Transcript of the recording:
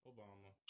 Obama